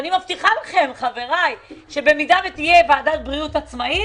אני מבטיחה לכם שבמידה ותהיה ועדת בריאות עצמאית,